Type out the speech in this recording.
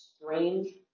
strange